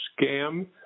scam